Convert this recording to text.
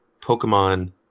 Pokemon